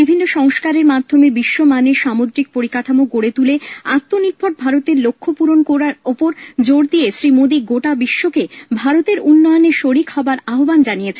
বিভিন্ন সংস্কারের মাধ্যমে বিশ্বমানের সামুদ্রিক পরিকাঠামো গড়ে তুলে আত্মনির্ভর ভারতের লক্ষ্য পূরণ করার ওপর জোর দিয়ে শ্রী মোদী গোটা বিশ্বকে ভারতের উন্নয়নের শ্ররিক হবার আহ্বান জানিয়েছেন